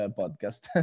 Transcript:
podcast